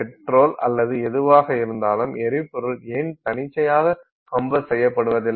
petrol அல்லது எதுவாக இருந்தாலும் எரிபொருள் ஏன் தன்னிச்சையாக கம்பசட் செய்யப்படுவதில்லை